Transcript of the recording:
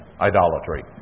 idolatry